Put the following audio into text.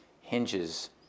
hinges